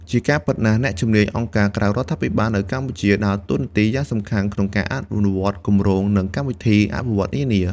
ជាការពិណាស់អ្នកជំនាញអង្គការក្រៅរដ្ឋាភិបាលនៅកម្ពុជា ដើរតួនាទីយ៉ាងសំខាន់ក្នុងការអនុវត្តគម្រោង និងកម្មវិធីអភិវឌ្ឍន៍នានា។